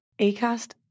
Acast